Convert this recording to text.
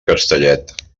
castellet